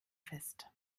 fest